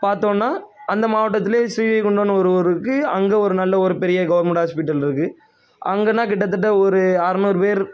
பார்த்தோன்னா அந்த மாவட்டத்திலையே ஸ்ரீகுண்டம்னு ஒரு ஊர் இருக்குது அங்கே ஒரு நல்ல ஒரு பெரிய கவர்மெண்ட் ஹாஸ்பிட்டல் இருக்குது அங்கேனா கிட்டத்தட்ட ஒரு அறுநூறு பேர்